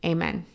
Amen